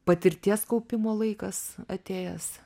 patirties kaupimo laikas atėjęs